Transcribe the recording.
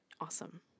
awesome